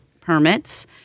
permits